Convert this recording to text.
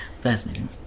fascinating